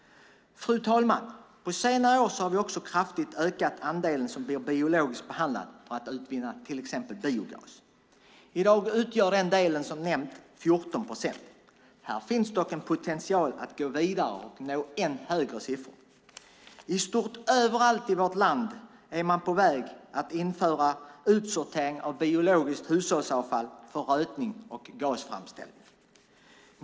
Fru talman! På senare år har vi också kraftigt ökat andelen avfall som blir biologiskt behandlat till exempel för utvinning av biogas. I dag utgör, som nämnts, denna del 14 procent. Här finns dock en potential att gå vidare och att nå ännu högre siffror. I stort sett överallt i vårt land är man på väg att införa utsortering av biologiskt hushållsavfall för rötning och gasframställning.